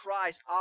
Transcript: Christ